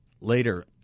later